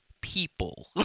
people